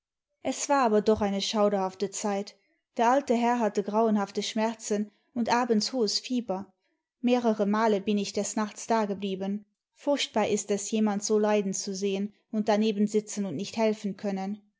es war aber doch eine schauderhafte zeit der alte herr hatte grauenhafte schmerzen und abends hohes fieber mehrere male bin ich des nachts dageblieben furchtbar ist es jemand so leiden zu sehen imd daneben sitzen und nicht helfen können